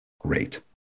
Great